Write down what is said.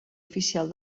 oficial